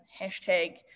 hashtag